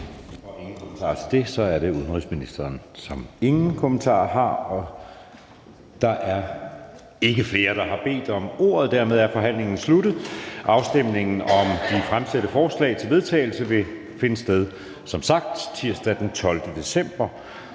er ingen kommentarer til det. Så er det udenrigsministeren, som ingen kommentarer har. Der er ikke flere, der har bedt om ordet, så dermed er forhandlingen sluttet. Afstemningen om de fremsatte forslag til vedtagelse vil som sagt finde sted tirsdag den 12. december.